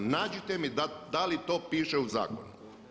Nađite mi da li to piše u zakonu?